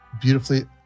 beautifully